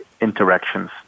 interactions